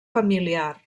familiar